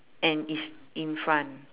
and is in front